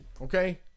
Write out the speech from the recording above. Okay